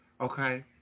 okay